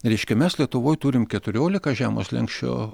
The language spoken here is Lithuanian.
reiškia mes lietuvoj turime keturiolika žemo slenksčio